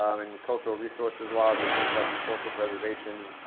um and cultural resources laws are things like historical preservation